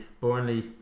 Burnley